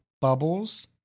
bubbles